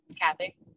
Kathy